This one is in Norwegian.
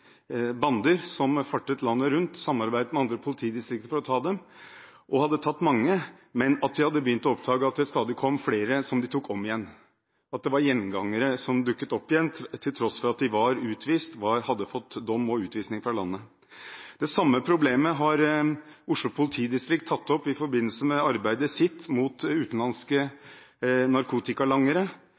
bander som fartet landet rundt. De samarbeidet med andre politidistrikt for å ta disse bandene, og de hadde tatt mange, men de hadde begynt å oppdage at det stadig kom flere som de tok om igjen, at det var gjengangere som dukket opp igjen, til tross for at de hadde fått dom og var utvist fra landet. Oslo politidistrikt har tatt opp det samme problemet i forbindelse med sitt arbeid mot både utenlandske narkotikalangere